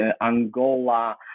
Angola